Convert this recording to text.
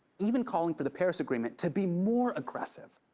even calling for the paris agreement to be more aggressive.